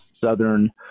southern